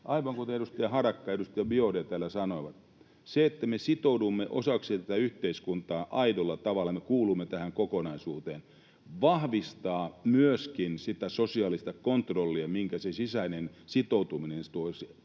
aivan kuten edustaja Harakka ja edustaja Biaudet täällä sanoivat sen — että me sitoudumme osaksi tätä yhteiskuntaa aidolla tavalla, me kuulumme tähän kokonaisuuteen, vahvistaa myöskin sitä sosiaalista kontrollia, minkä se sisäinen sitoutuminen tuo